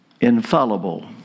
infallible